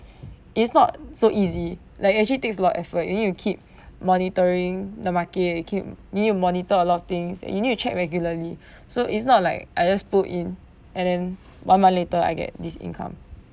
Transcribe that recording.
it's not so easy like it actually takes lot of effort you need to keep monitoring the market and keep you need to monitor a lot of things and you need to check regularly so it's not like I just put in and then one month later I get this income